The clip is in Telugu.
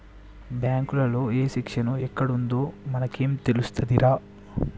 బాంకులల్ల ఏ సెక్షను ఎక్కడుందో మనకేం తెలుస్తదిరా